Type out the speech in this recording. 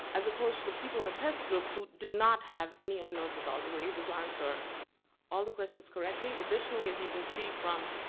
as opposed to the people in the test group who did not have any unknowns at all, they were able to answer all the questions correctly. additionally, as you can see from,